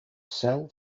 cell